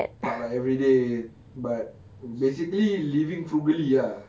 tak lah everyday but basically living frugally ah